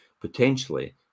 potentially